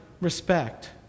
respect